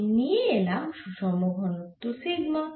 আমি নিয়ে এলাম সুষম ঘনত্ব সিগমা